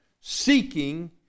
seeking